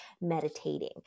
meditating